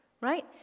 right